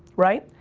right?